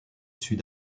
sud